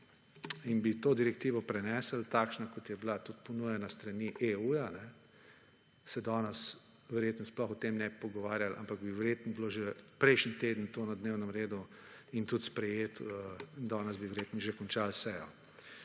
in bi to direktivo prenesli, takšna kot j bila tudi ponujena s strani EU, se danes verjetno sploh ne bi o tem pogovarjali, ampak bi verjetno bilo to že prejšnji teden to na dnevnega redu in tudi sprejeto in danes bi verjetno že končali sejo.